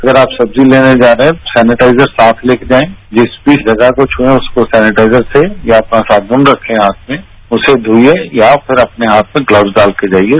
अगर आप सब्जी लेने जा रहे हैं सैनिटाइजर साथ लेकर जायें जिस भी जगह को छुएं उसको सैनिटाइजर से या अपना साबुन रखें हाथ में उससे धोइये या फिर अपने हाथ में ग्लब्स डालकर जाइये